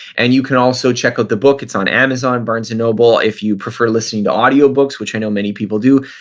and you can also check out the book. it's on amazon, barnes and noble. if you prefer listening to audiobooks, which i know many people do,